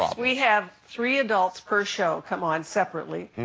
um we have three adults per show come on, separately,